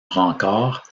brancard